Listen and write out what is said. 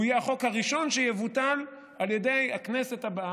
הוא יהיה החוק הראשון שיבוטל על ידי הכנסת הבאה.